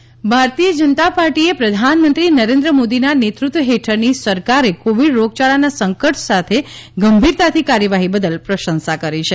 ભાજપ આત્મનિર્ભર ભારતીય જનતા પાર્ટીએ પ્રધાનમંત્રી નરેન્દ્ર મોદીના નેતૃત્વ હેઠળની સરકારે કોવિડ રોગયાળાના સંકટ સાથે ગંભીરતાથી કાર્યવાહી બદલ પ્રશંસા કરી છે